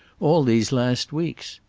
all these last weeks.